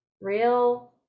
real